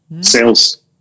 sales